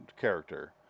character